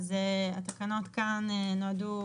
אז התקנות כאן נועדו,